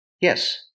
Yes